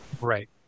right